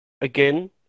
again